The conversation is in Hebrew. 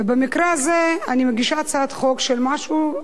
ובמקרה הזה אני מגישה הצעת חוק של משהו,